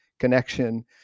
connection